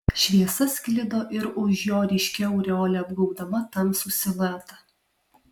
šviesa sklido ir už jo ryškia aureole apgaubdama tamsų siluetą